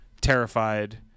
terrified